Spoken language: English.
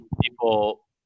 people